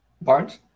Barnes